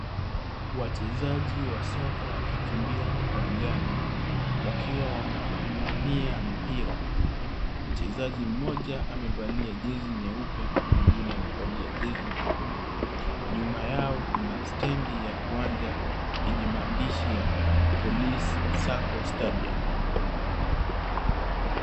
Wachezaji wa soka wakikimbia uwanjani wakiwa wanamwania mpira mchezaji mmoja amevalia jezi nyeupe na mwingine amevalia jezi nyekundu nyuma yao kuna stendi ya uwanja yenye maandihi ya Police SACCO stadium.